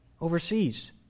overseas